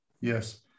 Yes